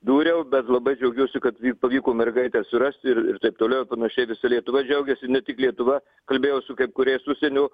dūriau bet labai džiaugiuosi kad pavyko mergaitę surasti ir ir taip toliau ir panašiai visa lietuva džiaugiasi ne tik lietuva kalbėjau su kai kuriais užsienio